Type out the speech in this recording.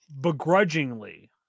begrudgingly